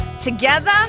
together